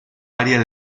área